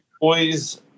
boys